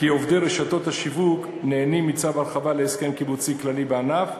כי עובדי רשתות השיווק נהנים מצו הרחבה להסכם קיבוצי כללי בענף,